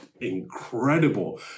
incredible